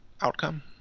outcome